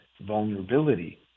vulnerability